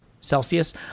Celsius